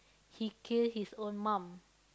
he kill his own mum